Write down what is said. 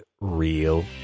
real